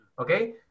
Okay